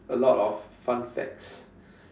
a lot of fun facts